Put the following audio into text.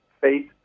faith